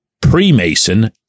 pre-Mason